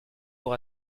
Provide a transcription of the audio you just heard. pour